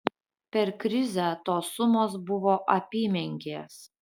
per krizę tos sumos buvo apymenkės